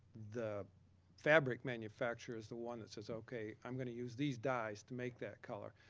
the fabric manufacturer is the one that says, okay, i'm gonna use these dyes to make that color.